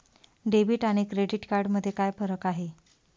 Debit आणि credit card मध्ये काय फरक आहे?